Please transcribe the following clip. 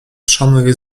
szanuje